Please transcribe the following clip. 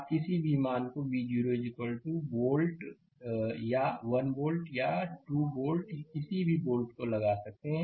आप किसी भी मान V0 वोल्ट या 1 वोल्ट या 2 वोल्ट किसी भी वोल्ट को लगा सकते हैं